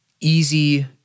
easy